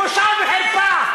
בושה וחרפה.